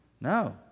No